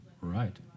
Right